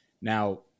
Now